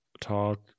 talk